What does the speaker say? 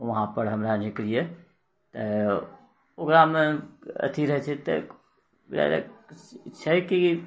वहाँ पर हमराअनी के लिए तऽ ओकरामे अथि रहै छै तऽ छै की